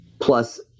plus